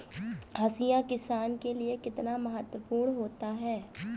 हाशिया किसान के लिए कितना महत्वपूर्ण होता है?